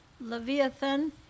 Leviathan